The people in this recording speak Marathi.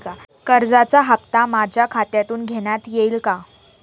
कर्जाचा हप्ता माझ्या खात्यातून घेण्यात येईल का?